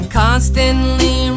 constantly